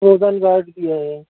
پروجن grid بھی ہے